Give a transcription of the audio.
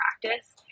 practice